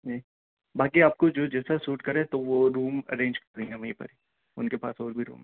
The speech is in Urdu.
جی باقی آپ کو جو جیسا سوٹ کرے تو وہ روم ارینج کریں گے ہم وہیں پر ان کے پاس اور بھی روم ہیں